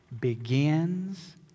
begins